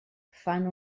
fan